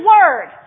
Word